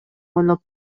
ойлоп